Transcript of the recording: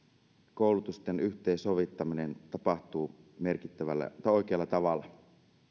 koulutusten yhteensovittaminen tapahtuu oikealla tavalla